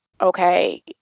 Okay